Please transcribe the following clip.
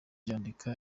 cyandika